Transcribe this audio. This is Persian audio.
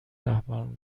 رهبران